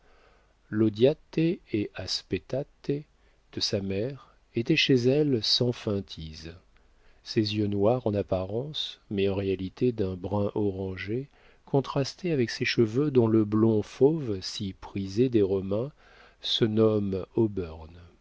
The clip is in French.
la haine l'odiate e aspettate de sa mère était chez elle sans feintise ses yeux noirs en apparence mais en réalité d'un brun orangé contrastaient avec ses cheveux dont le blond fauve si prisé des romains se nomme